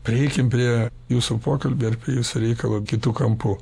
prieikim prie jūsų pokalbio ir prie jūsų reikalo kitu kampu